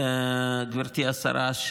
גברתי השרה,